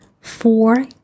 four